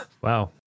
Wow